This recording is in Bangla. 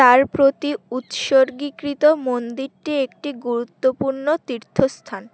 তার প্রতি উৎসর্গিকৃত মন্দিরটি একটি গুরুত্বপূর্ণ তীর্থস্থান